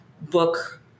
book